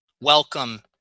welcome